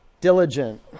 diligent